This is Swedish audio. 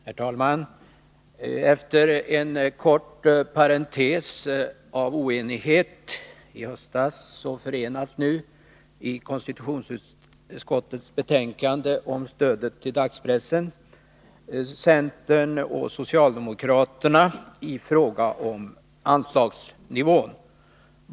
Herr talman! Efter en kort parentes av oenighet i höstas förenas nu i konstitutionsutskottets betänkande om stödet till dagspressen centern och socialdemokraterna i fråga om anslagsnivån.